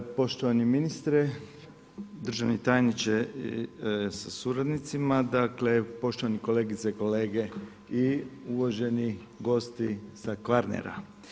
Poštovani ministre, državni tajniče sa suradnicima, dakle, poštovane kolegice i kolege i uvaženi gosti sa Kvarnera.